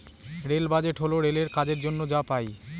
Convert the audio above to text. rail budget হল রেলের কাজের জন্য যা পাই